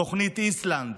תוכנית איסלנד,